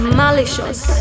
malicious